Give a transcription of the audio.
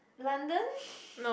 London